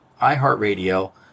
iHeartRadio